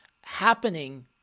happening